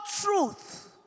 truth